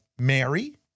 Mary